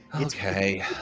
Okay